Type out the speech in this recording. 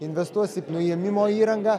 investuos į nuėmimo įrangą